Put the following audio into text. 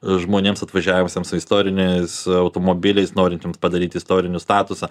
žmonėms atvažiavusiems su istoriniais automobiliais norintiems padaryti istoriniu statusą